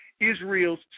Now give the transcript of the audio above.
Israel's